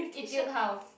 Etude House